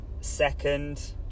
second